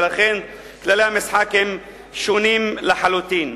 ולכן כללי המשחק הם שונים לחלוטין.